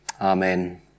Amen